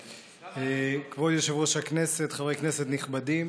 כבוד יושב-ראש הישיבה, חברי כנסת נכבדים,